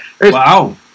Wow